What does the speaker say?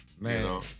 Man